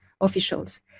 officials